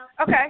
Okay